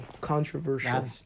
Controversial